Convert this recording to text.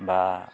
बा